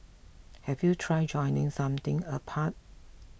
have you tried joining something apart